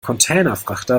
containerfrachter